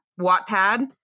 Wattpad